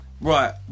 right